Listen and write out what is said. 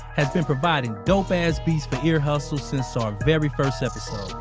has been providing dope ass beats for ear hustle since our very first episode.